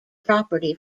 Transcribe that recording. property